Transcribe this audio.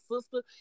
sister